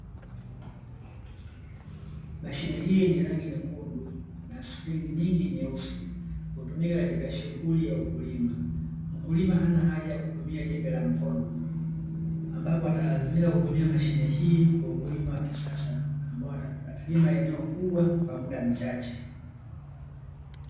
Mashine hii yenye rangi nyekundu na springi kubwa nyeusi, hutumika katika shughuli ya ukulima. Mkulima hana haja ya kutumia jembe la mkono, ambapo atalazimika kutumia mashine hii kwa ukulima wa kisasa ambao atalima eneo kubwa kwa muda mchache.